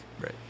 Right